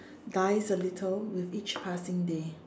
dies a little with each passing day